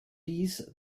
dies